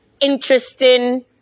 interesting